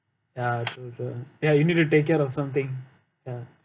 ya true true ya you need to take out of something ya